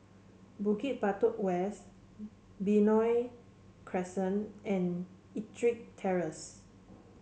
Bukit Batok West Benoi Crescent and EttricK Terrace